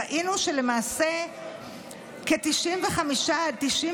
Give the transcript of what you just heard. ראינו שלמעשה כ-95% עד